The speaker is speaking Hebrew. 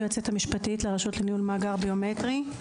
היועצת המשפטית לרשות לניהול מאגר ביומטרי.